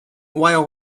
while